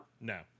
no